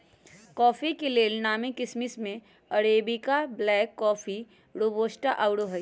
coffee के लेल नामी किशिम में अरेबिका, ब्लैक कॉफ़ी, रोबस्टा आउरो हइ